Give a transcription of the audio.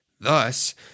Thus